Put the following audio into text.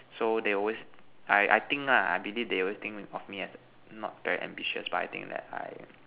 so they will always I I think lah I believe they always think of me as not very ambitious but I think that I